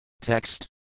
Text